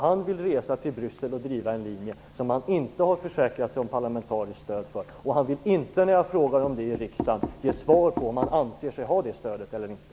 Han vill resa till Bryssel och driva en linje som han inte har försäkrat sig om parlamentariskt stöd för, och han vill inte när jag frågar om detta i riksdagen ge svar på om han anser sig ha det stödet eller inte.